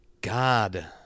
God